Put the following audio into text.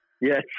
Yes